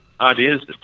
ideas